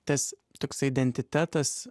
tas toksai identitetas